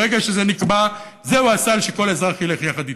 ברגע שזה נקבע, זהו הסל שכל אזרח ילך יחד איתו.